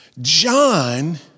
John